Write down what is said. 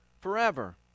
forever